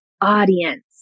audience